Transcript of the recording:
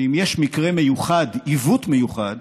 ואם יש מקרה מיוחד, עיוות מיוחד,